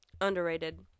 underrated